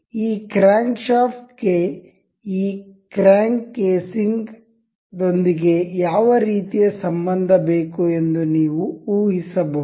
ಈ crankshaft ಗೆ ಈ ಕ್ರ್ಯಾಂಕ್ ಕೇಸಿಂಗ್ ದೊಂದಿಗೆ ಯಾವ ರೀತಿಯ ಸಂಬಂಧ ಬೇಕು ಎಂದು ನೀವು ಊಹಿಸಬಹುದು